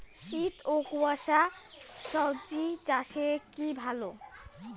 শীত ও কুয়াশা স্বজি চাষে কি ভালো?